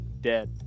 Dead